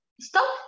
stop